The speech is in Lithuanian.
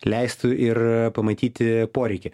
leistų ir pamatyti poreikį